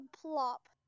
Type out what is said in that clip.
plop